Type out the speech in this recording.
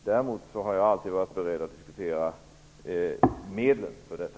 Däremot har jag alltid varit beredd att diskutera medlen för detta.